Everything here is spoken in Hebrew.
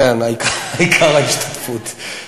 כן, העיקר ההשתתפות.